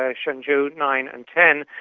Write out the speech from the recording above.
ah shenzhou nine and ten,